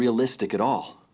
realistic at all